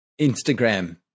Instagram